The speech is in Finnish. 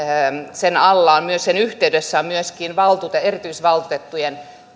sen yhteydessä on myöskin erityisvaltuutettujen